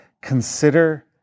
consider